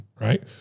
right